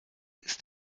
ist